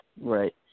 Right